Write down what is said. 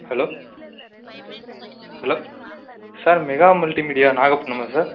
hello hello sir mega multi media நாகப்பட்டினமா sir